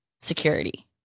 security